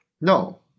No